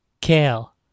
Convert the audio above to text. kale